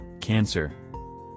Cancer